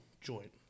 joint